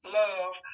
love